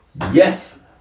Yes